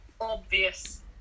Obvious